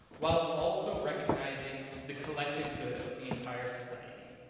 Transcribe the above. whilst also recognizing the collective good of the entire society.